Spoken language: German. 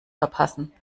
verpassen